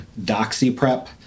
doxyprep